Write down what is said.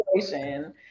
situation